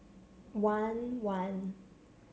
one one